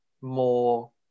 more